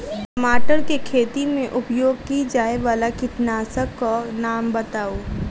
टमाटर केँ खेती मे उपयोग की जायवला कीटनासक कऽ नाम बताऊ?